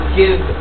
give